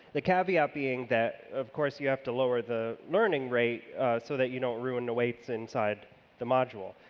the cav yalt yeah ah being that of course you have to lower the learning rate so that you don't ruin the weights inside the module.